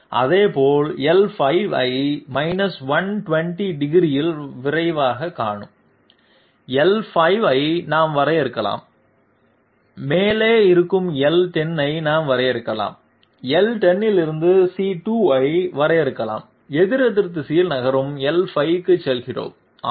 அதேபோல் l5 ஐ 120 டிகிரியில் விரைவாகக் காணும் l 5 ஐ நாம் வரையறுக்கலாம் மேலே இருக்கும் எல் 10 ஐ நாம் வரையறுக்கலாம் l 10 இலிருந்து c 2 ஐ வரையறுக்கலாம் எதிரெதிர் திசையில் நகரும் l 5 க்கு செல்கிறோம் ஆரம் 24